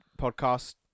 podcast